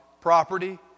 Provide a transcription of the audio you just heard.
Property